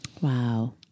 Wow